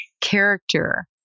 character